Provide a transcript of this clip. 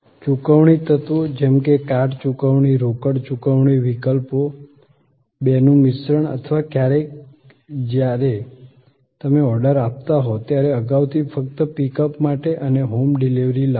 ચુકવણી તત્વોજેમકે કાર્ડ ચુકવણી રોકડ ચુકવણી વિકલ્પો બેનું મિશ્રણ અથવા ક્યારેક જ્યારે તમે ઓર્ડર આપતા હોવ ત્યારે અગાઉથી ફક્ત પિકઅપ માટે અને હોમ ડિલિવરી લાવો